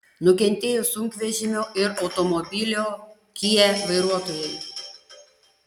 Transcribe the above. nukentėjo sunkvežimio ir automobilio kia vairuotojai